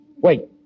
Wait